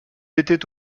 étaient